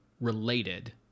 related